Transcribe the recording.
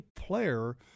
player